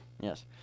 Yes